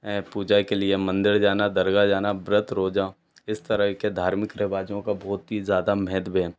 ऐं पूजा के लिये मंदिर जाना दरगाह जाना व्रत रोजा इस तरह के धार्मिक रिवाजों का बहुत ही ज़्यादा महत्व है